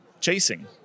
chasing